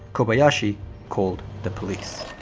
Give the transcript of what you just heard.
kobayashi called the police.